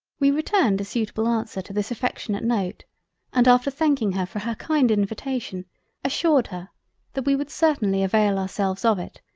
we returned a suitable answer to this affectionate note and after thanking her for her kind invitation assured her that we would certainly avail ourselves of it,